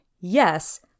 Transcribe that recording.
yes